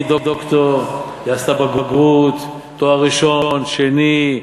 היא דוקטור, היא עשתה בגרות, תואר ראשון, שני,